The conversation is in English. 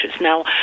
Now